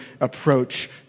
approach